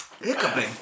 hiccuping